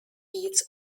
its